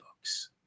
books